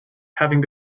having